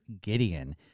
Gideon